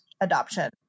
adoption